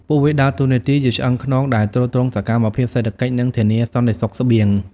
ពួកវាដើរតួនាទីជាឆ្អឹងខ្នងដែលទ្រទ្រង់សកម្មភាពសេដ្ឋកិច្ច និងធានាសន្តិសុខស្បៀង។